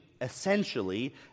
essentially